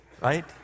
right